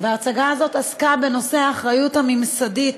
וההצגה הזאת עסקה בנושא האחריות הממסדית